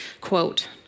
quote